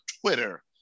Twitter